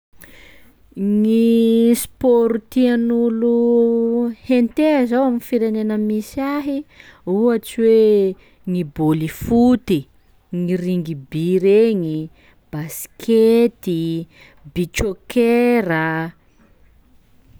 Gny sport tian'olo henteha zao amin'ny firenena misy ahy, ohatsy hoe ny bôly foty, ny rugby regny, baskety, beach soccer a.